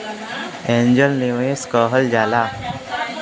angel निवेस कहल जाला